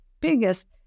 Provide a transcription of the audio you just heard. biggest